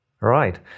Right